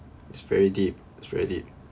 it's very deep it's very deep